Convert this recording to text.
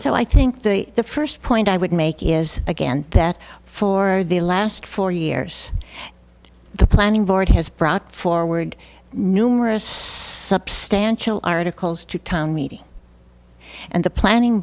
so i think the the first point i would make is again that for the last four years the planning board has brought forward numerous substantial articles to town meeting and the planning